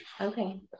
Okay